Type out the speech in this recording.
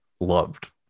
Loved